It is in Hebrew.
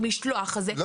את המשלוח הזה,